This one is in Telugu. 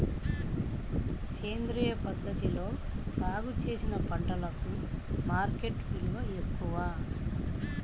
సేంద్రియ పద్ధతిలో సాగు చేసిన పంటలకు మార్కెట్ విలువ ఎక్కువ